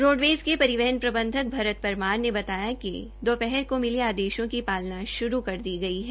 roadways के परिवहन प्रबंधक भरत परमार ने बताया कि दोपहर को मिले आदेशों की पालना शुरू कर दी गई है